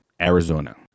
Arizona